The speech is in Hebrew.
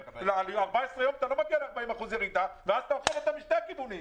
ב-14 ימים לא מגיעים ל-40% ירידה ואז אוכלים אותה משני הכיוונים.